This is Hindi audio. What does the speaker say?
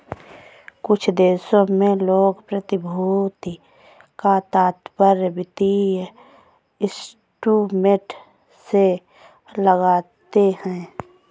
कुछ देशों में लोग प्रतिभूति का तात्पर्य वित्तीय इंस्ट्रूमेंट से लगाते हैं